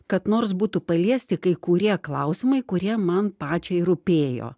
kad nors būtų paliesti kai kurie klausimai kurie man pačiai rūpėjo